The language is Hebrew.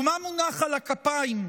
ומה מונח על הכפות,